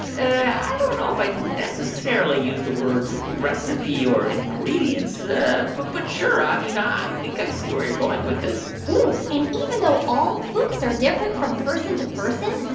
i don't know if i'd necessarily use the words recipe or ingredients. ah but but sure. i mean, i think i see where you're going with this and even though all poops are different from person to person,